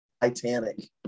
Titanic